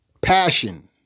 passion